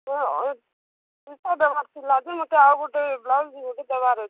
ହେଁ ଦେବାର ଥିଲା ଯେ ମୋତେ ଆଉ ଗୋଟେ ବ୍ଲାଉଜ୍ ଦେବାର ଅଛି